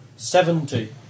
Seventy